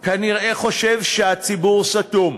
כנראה חושב שהציבור סתום.